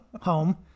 home